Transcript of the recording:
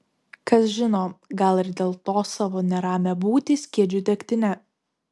kas žino gal ir dėl to savo neramią būtį skiedžiu degtine